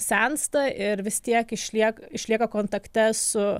sensta ir vis tiek išliek išlieka kontakte su